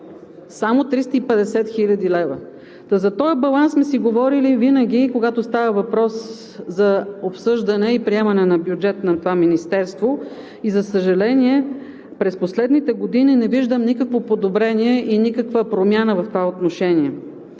Само 350 хил. лв.! За този баланс сме си говорили винаги, когато става въпрос за обсъждане и приемане на бюджет на това министерство. За съжаление, през последните години не виждам никакво подобрение и никаква промяна в това отношение.